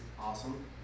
awesome